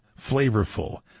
flavorful